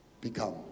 Become